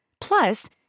Plus